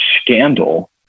scandal